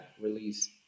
release